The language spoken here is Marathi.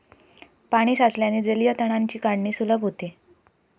पाणी साचल्याने जलीय तणांची काढणी सुलभ होते